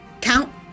Count